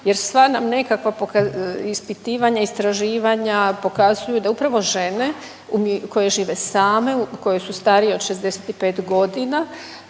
jer sva nam nekakva ispitivanja, istraživanja pokazuju da upravo žene koje žive same, koje su starije od 65 godina